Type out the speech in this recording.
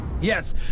Yes